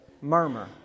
murmur